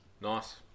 Nice